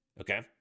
Okay